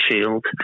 Shield